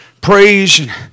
praise